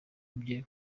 byo